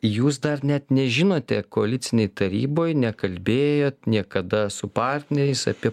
jūs dar net nežinote koalicinėj taryboj nekalbėjot niekada su partneriais apie